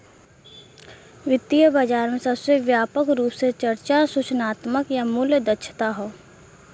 वित्तीय बाजार में सबसे व्यापक रूप से चर्चा सूचनात्मक या मूल्य दक्षता हौ